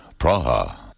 Praha